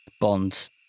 bond's